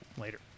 Later